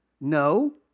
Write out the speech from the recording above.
No